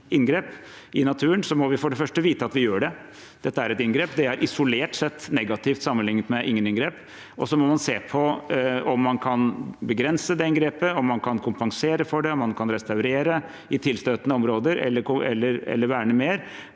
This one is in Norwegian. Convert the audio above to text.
i naturen, må vi for det første vite at vi gjør det – dette er et inngrep, og det er isolert sett negativt sammenlignet med ingen inngrep. Så må man se på om man kan begrense det inngrepet, om man kan kompensere for det, om man kan restaurere i tilstøtende områder eller verne mer